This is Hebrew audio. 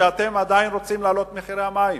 אתם עדיין רוצים להעלות את מחירי המים.